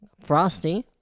Frosty